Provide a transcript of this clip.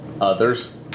Others